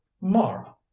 mara